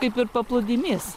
kaip ir paplūdimys